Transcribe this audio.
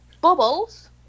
Bubbles